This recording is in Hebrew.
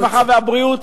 הרווחה והבריאות,